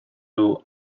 nhw